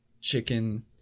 chicken